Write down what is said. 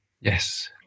Yes